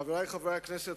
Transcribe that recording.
חברי חברי הכנסת,